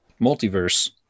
multiverse